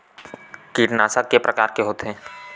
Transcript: कीटनाशक के प्रकार के होथे?